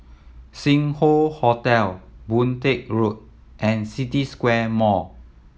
Sing Hoe Hotel Boon Teck Road and City Square Mall